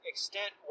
Extent